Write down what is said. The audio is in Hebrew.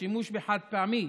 בשימוש בחד-פעמי,